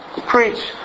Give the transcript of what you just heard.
preach